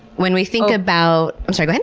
when we think about i'm sorry, go and